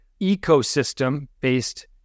ecosystem-based